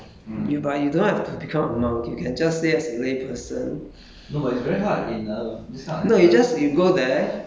ya you can you can go and do what you use you say want to do lor you but you do not have to become a monk you can just stay as a lay person